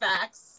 Facts